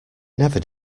never